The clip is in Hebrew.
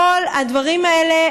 כל הדברים האלה,